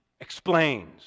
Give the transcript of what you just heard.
explains